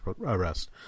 arrest